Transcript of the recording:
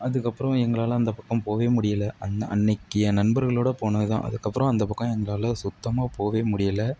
அதுக்கப்புறம் எங்களால் அந்த பக்கம் போகவே முடியல அந்த அன்றைக்கி என் நண்பர்களோடு போனது தான் அதுக்கப்புறம் அந்த பக்கம் எங்களால் சுத்தமாக போகவே முடியல